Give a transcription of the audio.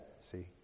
see